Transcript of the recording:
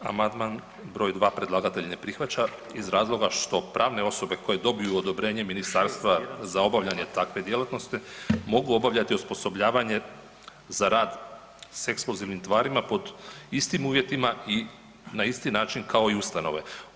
Amandman br. 2 predlagatelj ne prihvaća iz razloga što pravne osobe koje dobiju odobrenje ministarstva za obavljanje takve djelatnosti mogu obavljati osposobljavanje za rad s eksplozivnim tvarima pod istim uvjetima i na isti način kao i ustanove.